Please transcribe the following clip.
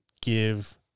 give